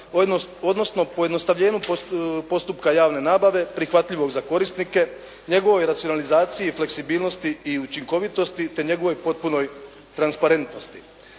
odnosno pojednostavljenju postupka javne nabave prihvatljivog za korisnike, njegove racionalizacije i fleksibilnosti i učinkovitosti, te njegovoj potpunoj transparentnosti.